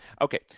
Okay